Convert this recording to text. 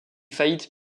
faillite